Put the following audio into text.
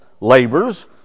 labors